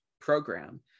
program